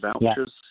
vouchers